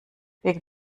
wegen